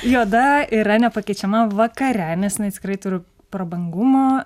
juoda yra nepakeičiama vakare nes jinai tikrai turi prabangumo